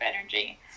energy